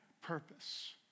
purpose